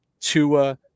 Tua